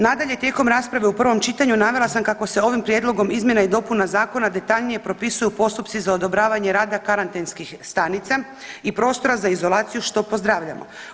Nadalje, tijekom rasprave u prvom čitanju navela sam kako se ovim prijedlogom izmjena i dopuna zakona detaljnije propisuju postupci za odobravanje rada karantenskih stanica i prostora za izolaciju što pozdravljamo.